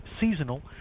seasonal